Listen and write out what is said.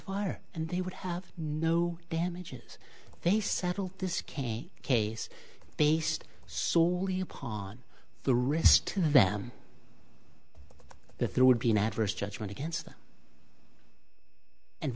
fire and they would have no damages they settle this case a case based solely upon the risk to them that there would be an adverse judgment against them and